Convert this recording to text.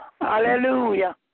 Hallelujah